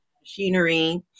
machinery